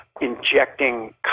injecting